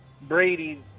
Brady